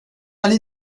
allée